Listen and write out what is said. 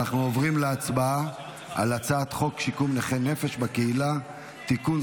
אנחנו עוברים להצבעה על הצעת חוק שיקום נכי נפש בקהילה (תיקון,